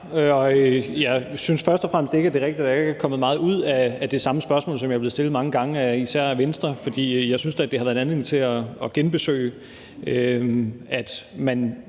jeg synes først og fremmest, det ikke er rigtigt, at der ikke er kommet meget ud af det samme spørgsmål, som jeg er blevet stillet mange gange af især Venstre, for jeg synes da, det har været en anledning til at genbesøge, at man